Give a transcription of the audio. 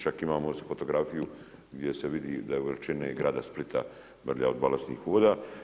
Čak imamo i fotografiju gdje se vidi da je veličine grada Splita mrlja od balastnih voda.